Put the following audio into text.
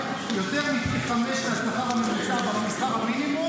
יותר מפי חמישה משכר המינימום,